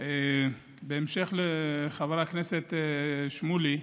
בהמשך לחבר הכנסת שמולי,